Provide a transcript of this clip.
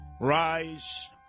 rise